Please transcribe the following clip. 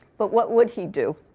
but what would he do?